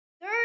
Third